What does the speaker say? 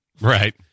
right